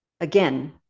again